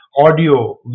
audio